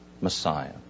Messiah